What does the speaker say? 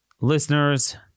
listeners